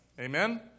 amen